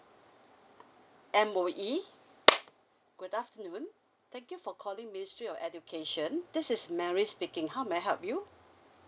M_O_E good afternoon thank you for calling ministry of education this is mary speaking how may I help you